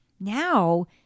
Now